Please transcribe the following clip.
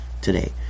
today